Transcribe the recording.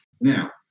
Now